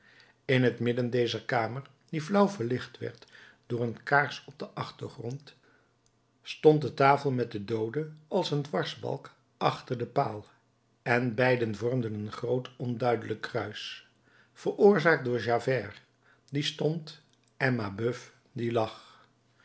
in het midden dezer kamer die flauw verlicht werd door een kaars op den achtergrond stond de tafel met den doode als een dwarsbalk achter den paal en beiden vormden een groot onduidelijk kruis veroorzaakt door javert die stond en mabeuf die lag